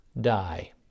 die